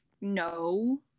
no